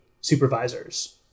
supervisors